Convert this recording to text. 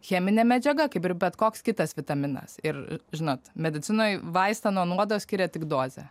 cheminė medžiaga kaip ir bet koks kitas vitaminas ir žinot medicinoj vaistą nuo nuodo skiria tik dozė